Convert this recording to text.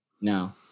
No